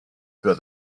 für